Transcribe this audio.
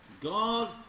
God